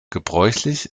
gebräuchlich